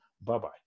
Bye-bye